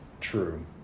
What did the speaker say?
true